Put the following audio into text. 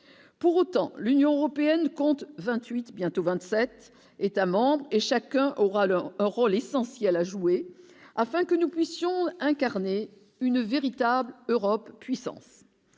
pour autant, l'Union européenne compte 28 bientôt 27 États-membres membres et chacun aura alors un rôle essentiel à jouer afin que nous puissions incarner une véritable Europe puissance